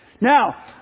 Now